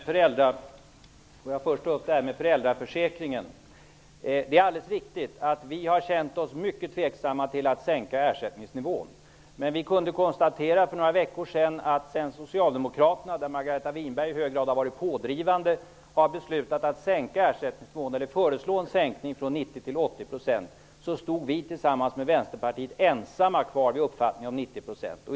Fru talman! Jag vill först ta upp föräldraförsäkringen. Det är alldeles riktigt att vi har känt oss mycket tveksamma till en sänkning av ersättningsnivån. Men för några veckor sedan kunde vi konstatera att Socialdemokraterna, där Margareta Winberg i hög grad har varit pådrivande, har belutat att föreslå en sänkning från 90 % till 80 %. Då stod vi tillsammans med Vänsterpartiet ensamma kvar vid uppfattningen om 90 %.